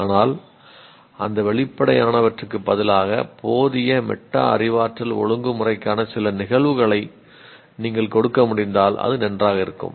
ஆனால் அந்த வெளிப்படையானவற்றுக்கு பதிலாக போதிய மெட்டா அறிவாற்றல் ஒழுங்குமுறைக்கான சில நிகழ்வுகளை நீங்கள் கொடுக்க முடிந்தால் அது நன்றாக இருக்கும்